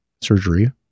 surgery